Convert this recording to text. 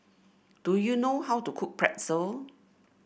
do you know how to cook Pretzel